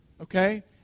Okay